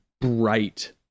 bright